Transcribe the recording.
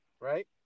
Right